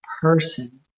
person